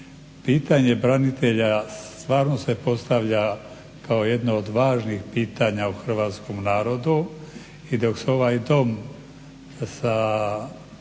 Pitanje branitelja stvarno se postavlja kao jedno od važnih pitanja u hrvatskom narodu i dok se o tom ne